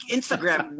Instagram